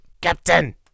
Captain